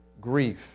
grief